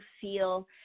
feel